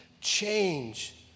change